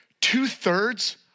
Two-thirds